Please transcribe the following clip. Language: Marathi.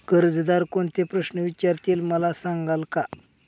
कर्जदार कोणते प्रश्न विचारतील, मला सांगाल का?